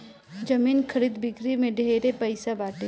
जमीन खरीद बिक्री में ढेरे पैसा बाटे